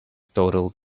total